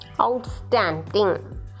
Outstanding